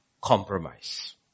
compromise